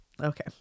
Okay